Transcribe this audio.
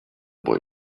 boy